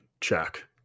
check